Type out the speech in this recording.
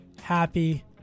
happy